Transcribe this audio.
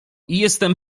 jestem